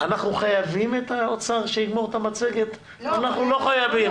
אנחנו חייבים את האוצר שיביא את המצגת או אנחנו לא חייבים.